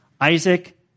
Isaac